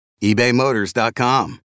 ebaymotors.com